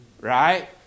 Right